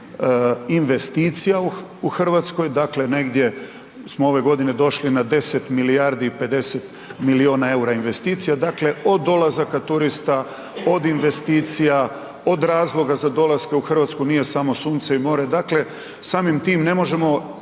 dakle negdje smo ove godine došli na 10 milijardi i 50 milijuna eura investicija, dakle od dolazaka turista, od investicija, od razloga za dolaska u Hrvatsku, nije samo sunce i more, dakle samim time ne možemo